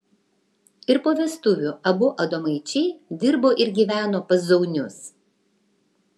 ir po vestuvių abu adomaičiai dirbo ir gyveno pas zaunius